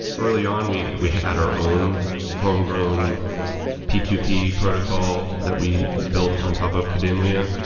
early on we we had our own homegrown p two p protocol that we built on top of kademlia,